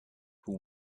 who